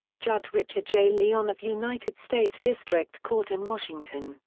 judge richard j. leon of united states district court in washington,